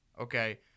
okay